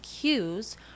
cues